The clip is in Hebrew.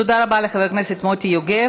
תודה רבה לחבר הכנסת מוטי יוגב.